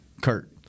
Kurt